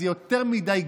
זה יותר מדי גס,